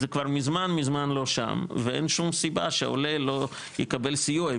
זה כבר מזמן לא שם ואין שום סיבה שעולה לא יקבל סיוע,